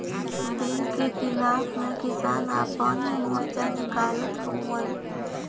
bill के खिलाफ़ में किसान आपन मोर्चा निकालत हउवन